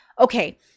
Okay